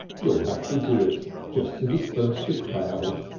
you'll have to do it just to disperse the crowd.